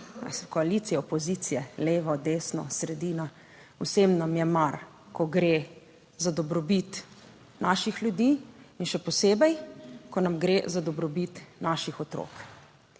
koalicije, opozicije, levo, desno, sredina, vsem nam je mar, ko gre za dobrobit naših ljudi in še posebej, ko nam gre za dobrobit naših otrok.